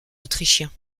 autrichiens